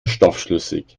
stoffschlüssig